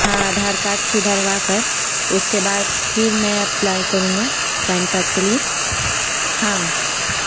ہاں آدھار کارڈ سدھھروا کر اس کے بعد پھر میں اپلائی کروں گا پین کارڈ کے لیے ہاں